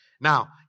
Now